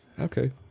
okay